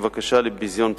בבקשה לביזיון פסק-הדין,